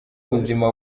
ubuzima